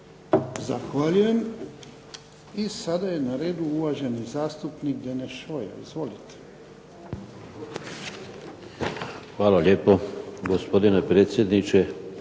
Zahvaljujem. I sada je na redu uvaženi zastupnik Deneš Šoja. Izvolite. **Šoja, Deneš (Nezavisni)**